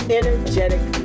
energetic